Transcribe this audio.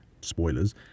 spoilers